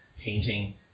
painting